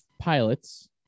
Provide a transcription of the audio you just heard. pilots